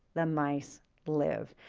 the mice live.